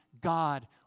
God